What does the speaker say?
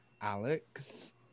alex